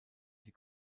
die